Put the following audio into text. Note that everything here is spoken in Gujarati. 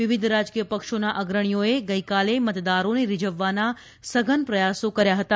વિવિધ રાજકીય પક્ષોના અગ્રણીઓએ ગઇકાલે મતદારોને રીઝવવાના સઘન પ્રયાસો કર્યા હતા